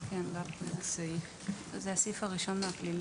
(2א)בסעיף 5(א),